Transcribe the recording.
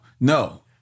no